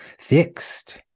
fixed